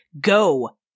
go